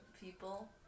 people